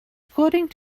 according